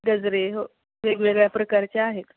गजरे हो वेगवेगळ्या प्रकारच्या आहेत